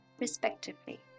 respectively